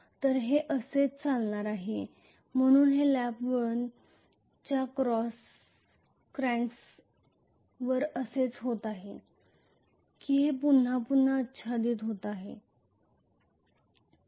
तर हे असेच चालणार आहे म्हणूनच हे लॅप वळण च्या क्रॅक्सवर असेच होत आहे की हे पुन्हा पुन्हा आच्छादित होत जाईल